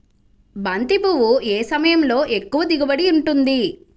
బంతి పువ్వు ఏ సమయంలో ఎక్కువ దిగుబడి ఉంటుంది?